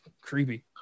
Creepy